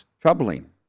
Troubling